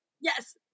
Yes